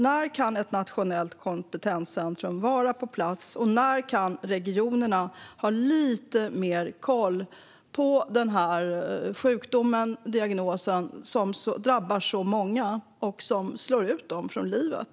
När kan ett nationellt kompetenscentrum vara på plats, och när kan regionerna ha lite mer koll på den här sjukdomen, diagnosen, som drabbar så många och slår ut dem från livet?